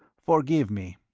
forgive me.